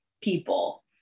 people